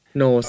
no